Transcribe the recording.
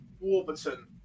Warburton